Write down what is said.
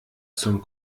zum